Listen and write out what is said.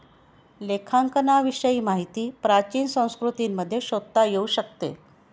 लेखांकनाविषयी माहिती प्राचीन संस्कृतींमध्ये शोधता येऊ शकते